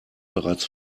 bereits